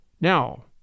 Now